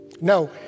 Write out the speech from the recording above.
No